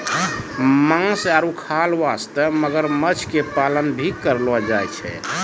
मांस आरो खाल वास्तॅ मगरमच्छ के पालन भी करलो जाय छै